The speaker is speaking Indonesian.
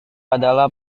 adalah